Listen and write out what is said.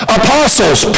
apostles